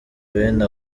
bene